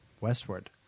westward